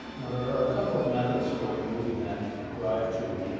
now, there are a couple of methods for removing that drive tube,